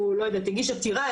הוא הגיש עתירה,